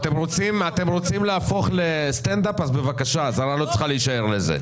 אתם רוצים להפוך לסטנדאפ אז השרה לא צריכה להישאר בשביל זה.